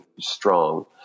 strong